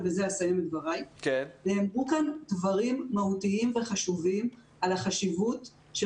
ובזה אסיים את דבריי: נאמרו כאן דברים מהותיים וחשובים על החשיבות של